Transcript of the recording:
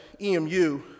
EMU